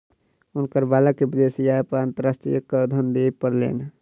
हुनकर बालक के विदेशी आय पर अंतर्राष्ट्रीय करधन दिअ पड़लैन